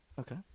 Okay